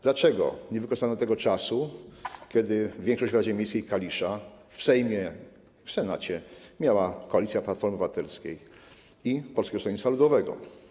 Dlaczego nie wykorzystano tego czasu, kiedy większość w Radzie Miejskiej Kalisza, w Sejmie i w Senacie miała koalicja Platformy Obywatelskiej i Polskiego Stronnictwa Ludowego?